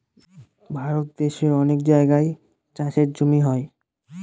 ভারত দেশের অনেক জায়গায় চাষের জমি হয়